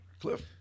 Cliff